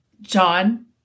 John